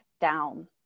down